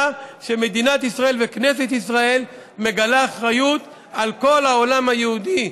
שמדינת ישראל וכנסת ישראל מגלה אחריות לכל העולם היהודי,